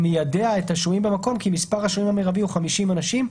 המיידע את השוהים במקום כי מספר השוהים המרבי הוא 50 אנשים,